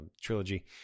trilogy